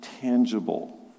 tangible